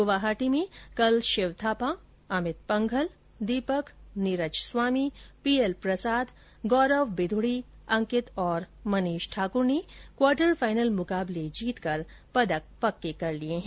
गुवाहाटी में कल Shiva Thapa Amit Panghal Deepak Neeraj Swami P L Prasad Gaurav Bidhuri Ankit और मनीष ठाकुर ने क्वार्टर फाइनल मुकाबले जीतकर पदक पक्के कर लिए हैं